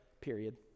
period